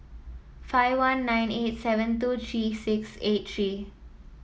five one nine eight seven two three six eight three